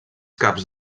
caps